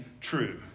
true